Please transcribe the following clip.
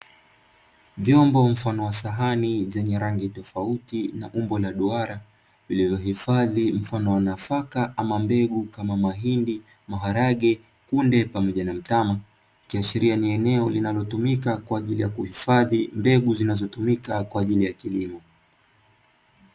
Vyombo mfano wa sahani vyenye rangi tofauti na umbo la duara zilizohifadhi mfano wa nafaka ama mbegu za mahindi maharage kunde pamoja na mtama ikiashiria ni eneo linalotumika kwaajili ya kuhifadhi mbegu zinatumika kwaajili ya kilimo.